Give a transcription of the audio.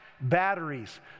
batteries